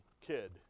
kid